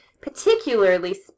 particularly